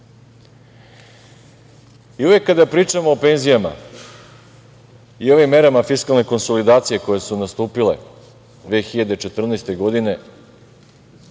kada pričamo o penzijama i ovim merama fiskalne konsolidacije koje su nastupile 2014. godine